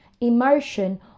emotion